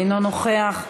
אינו נוכח,